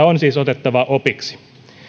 on siis otettava opiksi